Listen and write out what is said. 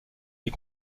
est